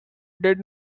did